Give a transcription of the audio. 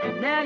Now